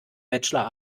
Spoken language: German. bachelor